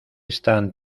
están